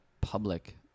public